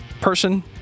person